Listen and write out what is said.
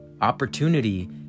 Opportunity